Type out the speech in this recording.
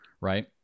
right